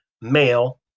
male